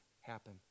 happen